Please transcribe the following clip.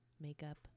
makeup